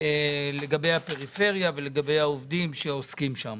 לגבי הפריפריה ולגבי העובדים שעובדים שם.